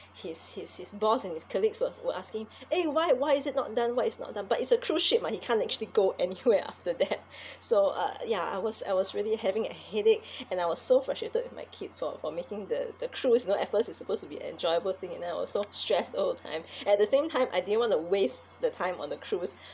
his his his boss and his colleagues were were asking eh why why is it not done what is not done but it's a cruise ship mah he can't actually go anywhere after that so uh ya I was I was really having a headache and I was so frustrated with my kids for for making the the cruise you know at first it's supposed to be enjoyable thing and I was so stress the whole time at the same time I didn't wanna waste the time on the cruise